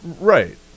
right